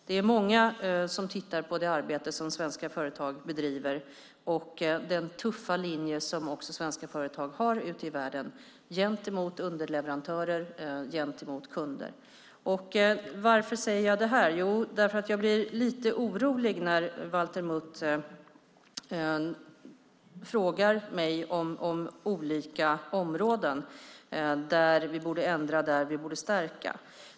Det är många som tittar på det arbete som svenska företag bedriver och den tuffa linje som svenska företag också har ute i världen gentemot underleverantörer och gentemot kunder. Varför säger jag detta? Jo, jag blir nämligen lite orolig när Valter Mutt frågar mig om olika områden där vi borde ändra och där vi borde stärka.